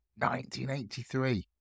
1983